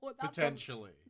Potentially